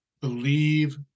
Believe